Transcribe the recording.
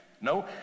No